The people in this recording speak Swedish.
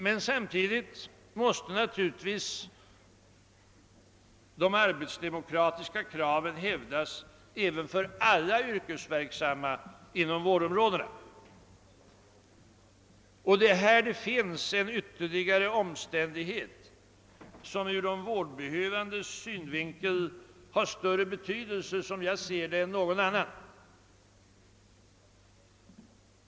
Men samtidigt måste naturligtvis de arbetsdemokratiska kraven hävdas även för alla yrkesverksamma inom vårdområdena. Här finns en ytterligare omständighet som ur de vårdbehövandes synvinkel såsom jag ser det har större betydelse än någon annan.